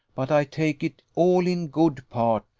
but i take it all in good part,